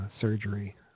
surgery